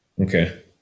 Okay